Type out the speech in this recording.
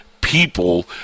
people